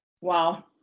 Wow